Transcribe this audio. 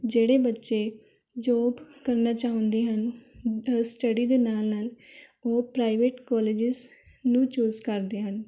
ਜਿਹੜੇ ਬੱਚੇ ਜੋਬ ਕਰਨਾ ਚਾਹੁੰਦੇ ਹਨ ਸਟੱਡੀ ਦੇ ਨਾਲ਼ ਨਾਲ਼ ਉਹ ਪ੍ਰਾਈਵੇਟ ਕੋਲੇਜਿਸ ਨੂੰ ਚੂਜ਼ ਕਰਦੇ ਹਨ